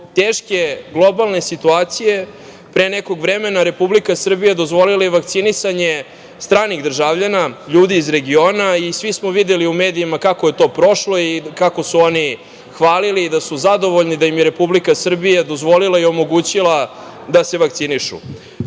teške globalne situacije pre nekog vremena Republika Srbija je dozvolila i vakcinisanje stranih državljana, ljudi iz regiona i svi smo videli u medijima kako je to prošlo i kako su oni hvalili i da su zadovoljni, da im je Republika Srbija dozvolila i omogućila da se vakcinišu. Samo